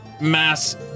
mass